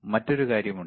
മറ്റൊരു കാര്യമുണ്ട്